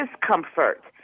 discomfort